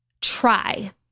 try